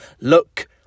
look